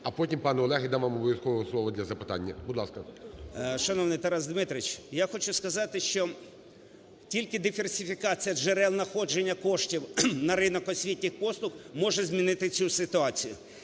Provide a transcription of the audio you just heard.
а потім, пане Олег, я дав вам обов'язково слово для запитання. Будь ласка. 10:58:36 СПІВАКОВСЬКИЙ О.В. Шановний Тарас Дмитрович, я хочу сказати, що тільки диверсифікація джерел находження коштів на ринок освітніх послуг може змінити цю ситуацію.